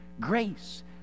Grace